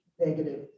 negative